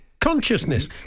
consciousness